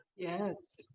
yes